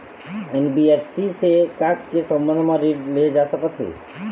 NBFC से का का के संबंध म ऋण लेहे जा सकत हे?